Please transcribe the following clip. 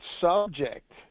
subject